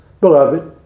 beloved